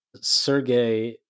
Sergey